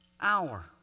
hour